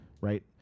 right